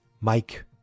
Mike